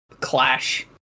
Clash